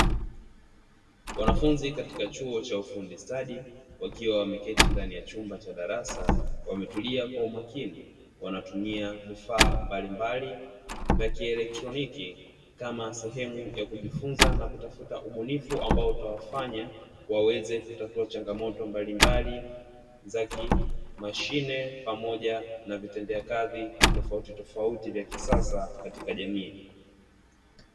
Wanafunzi katika chuo cha ufundi stadi wakiwa wameketi ndani ya chumba cha darasa, wametulia kwa umakini wanatumia vifaa mbalimbali vya kielektroniki kama sehemu ya kujifunza na kutafuta ubunifu, ambao utawafanya waweze kutatua changamoto mbalimbali za kimashine, pamoja na vitendea kazi tofauti tofauti vya kisasa katika jamii.